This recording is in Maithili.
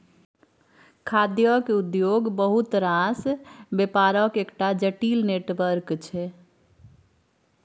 खाद्य उद्योग बहुत रास बेपारक एकटा जटिल नेटवर्क छै